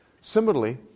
Similarly